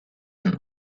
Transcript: and